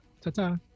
Ta-ta